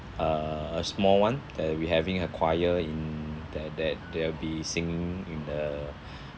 uh a small [one] that we having a choir in there there there will be singing in the